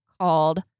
called